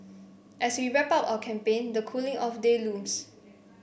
as we wrap up our campaign the cooling off day looms